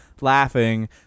laughing